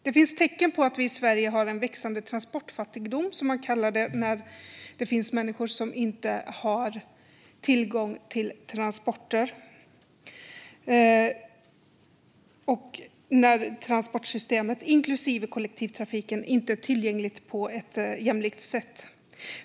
Det finns tecken på att vi i Sverige har en växande transportfattigdom - som det kallas - när det finns människor som inte har tillgång till transporter och när transportsystemet, inklusive kollektivtrafiken, inte är tillgängligt på ett jämlikt sätt.